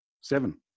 Seven